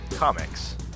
Comics